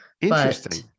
Interesting